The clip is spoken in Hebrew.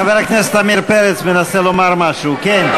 חבר הכנסת עמיר פרץ מנסה לומר משהו, כן.